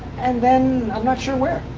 and then i'm not sure where.